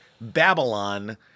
Babylon